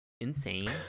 insane